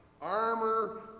armor